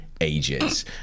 ages